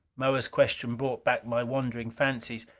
moa's question brought back my wandering fancies.